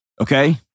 Okay